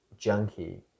junkie